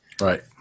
Right